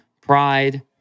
pride